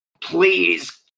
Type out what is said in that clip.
please